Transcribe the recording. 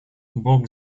бог